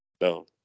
No